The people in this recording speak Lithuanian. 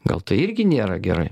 gal tai irgi nėra gerai